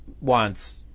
wants